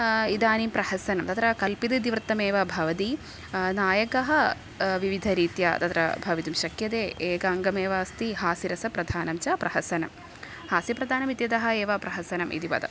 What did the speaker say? इदानीं प्रहसनं तत्र कल्पित इतिवृत्तमेव भवति नायकः विविधरीत्या तत्र भवितुं शक्यते एक अङ्गमेव अस्ति हास्यरसप्रधानं च प्रहसनं हास्यप्रधानमित्यतः एव प्रहसनम् इति पदं